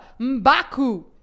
M'Baku